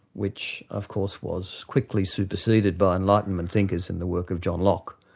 which of course was quickly superceded by enlightenment thinkers in the work of john locke.